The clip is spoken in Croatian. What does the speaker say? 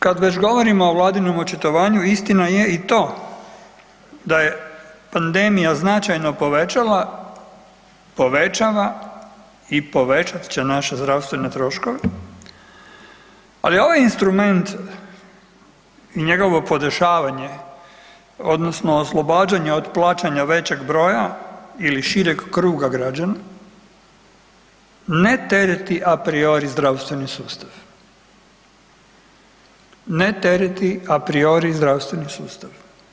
Kad već govorim o vladinom očitovanju, istina je i to da je pandemija značajno povećala, pove ava i povećat će naše zdravstvene troškove, ali ovaj instrument i njegovo podešavanje, odnosno oslobađanje od plaćanje većeg broja ili šireg kruga građana ne tereti a priori zdravstveni sustav, ne tereti a priori zdravstveni sustav.